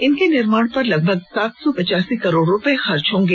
इनके निर्माण पर लगभग सात सौ पच्चासी करोड़ रुपए खर्च होंगे